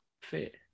fit